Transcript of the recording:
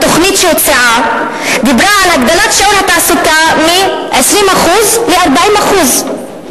התוכנית שהוצעה דיברה על הגדלת שיעור התעסוקה מ-20% ל-40%.